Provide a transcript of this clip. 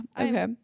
okay